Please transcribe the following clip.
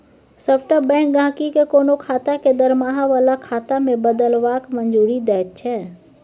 सभटा बैंक गहिंकी केँ कोनो खाता केँ दरमाहा बला खाता मे बदलबाक मंजूरी दैत छै